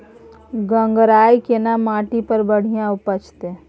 गंगराय केना माटी पर बढ़िया उपजते?